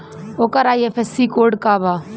ओकर IFSC code का बा?